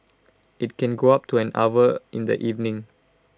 IT can go up to an hour in the evening